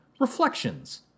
reflections